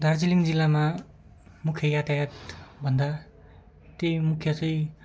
दार्जिलिङ जिल्लामा मुख्य यातायात भन्दा त्यही मुख्य चाहिँ